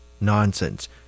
Nonsense